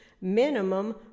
minimum